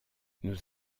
nous